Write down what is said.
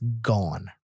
gone